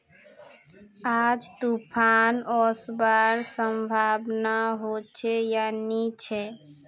आज तूफ़ान ओसवार संभावना होचे या नी छे?